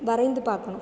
வரைந்து பார்க்கணும்